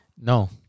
No